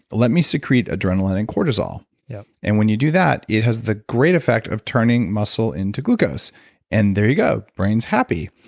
let me secrete adrenaline and cortisol yeah and when you do that, it has the great effect of turning muscle into glucose and there you go, brain is happy.